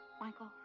Michael